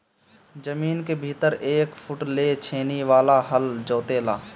जमीन के भीतर एक फुट ले छेनी वाला हल जोते ला